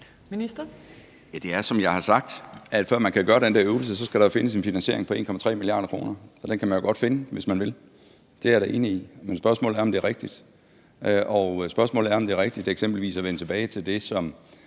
det er, som jeg har sagt. Før man kan gøre den der øvelse, skal der jo findes en finansiering på 1,3 mia. kr., og den kan man jo godt finde, hvis man vil. Det er jeg da enig i, men spørgsmålet er, om det er rigtigt. Spørgsmålet er, om det er rigtigt eksempelvis at vende tilbage til det, som